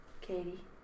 Katie